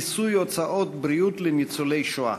כיסוי הוצאות בריאות לניצולי שואה.